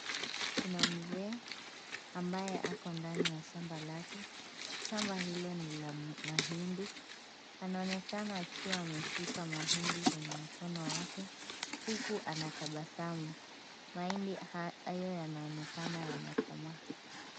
Kuna mzee ambaye ako ndani ya shamba lake. Shamba hilo ni la mahindi. Anaonekana akiwa ameshika mahindi kwenye mkono wake, huku anatabasamu. Mahindi hayo yanaonekana yamekomaa.